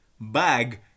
bag